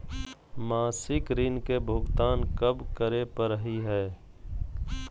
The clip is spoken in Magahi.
मासिक ऋण के भुगतान कब करै परही हे?